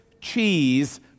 cheese